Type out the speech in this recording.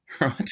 right